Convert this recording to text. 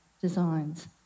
designs